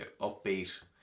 upbeat